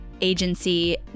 agency